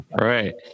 Right